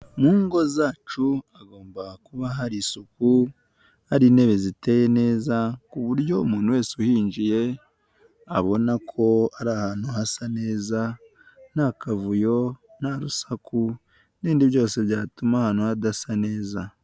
Mu ngo zacu hagomba kuba hari isuku, hari intebe ziteye neza ku buryo umuntu wese uhinjiye abona ko ari ahantu hasa neza nta kavuyo, nta rusaku n'ibindi byose byatuma ahantu hadasa neza.